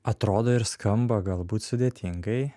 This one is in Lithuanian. atrodo ir skamba galbūt sudėtingai